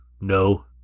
No